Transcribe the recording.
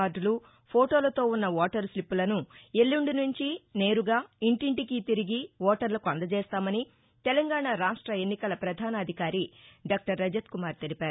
కార్డులు ఫోటోలతో ఉన్న ఓటరు స్లిప్పులను ఎల్లుండి నుంచి నేరుగా ఇంటింటికీ తిరిగి ఓటర్లకు అందజేస్తామని తెలంగాణా రాష్ట్ర ఎన్నికల పధానాధికారి డాక్టర్ రజత్కుమార్ తెలిపారు